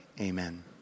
Amen